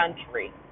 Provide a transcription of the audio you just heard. country